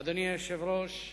אדוני היושב-ראש,